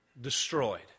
destroyed